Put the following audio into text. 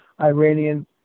Iranian